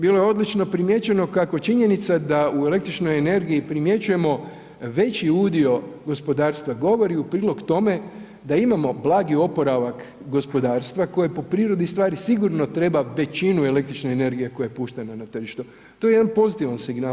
Bilo je odlično primijećeno kako činjenica da u električnoj energiji primjećujemo veći udio gospodarstva govori u prilog tome da imamo blagi oporavak gospodarstva koji po prirodi stvari sigurno treba većinu električne energije koja je puštena na tržištu, to je jedan pozitivan signal.